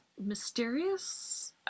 mysterious